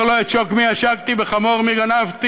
לו: את שור מי עשקתי וחמור מי גנבתי,